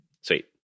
sweet